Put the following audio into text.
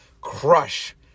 crush